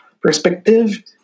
perspective